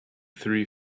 three